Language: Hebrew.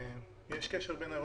שיש קשר בין הדברים.